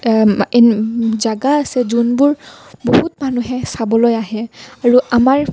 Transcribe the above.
জেগা আছে যোনবোৰ বহুত মানুহে চাবলৈ আহে আৰু আমাৰ